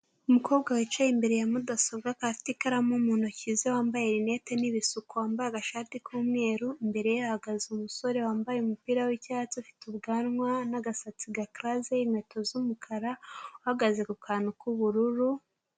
Umukobwa wicaye imbere ya mudasobwa akaba afite ikaramu mu ntoki ze, wambaye rinete n'ibisuko, wambaye agashati k'umweru, imbere ye hahagaze umusore wambaye umupira w'icyatsi ufite ubwanwa n'agasatsi gakaraze, inkweto z'umukara uhagaze ku kantu k'ubururu.